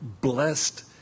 blessed